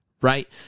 right